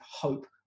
hope